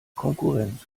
konkurrenz